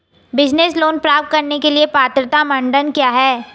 Business loan प्राप्त करने के लिए पात्रता मानदंड क्या हैं?